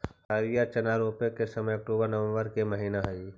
हरिअर चना रोपे के समय अक्टूबर नवंबर के महीना हइ